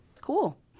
Cool